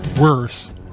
Worse